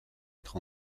être